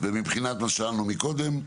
מבחינת מה שאמרנו קודם,